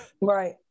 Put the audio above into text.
Right